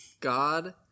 God